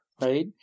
right